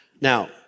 Now